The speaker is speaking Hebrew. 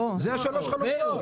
אלה השלוש חלופות.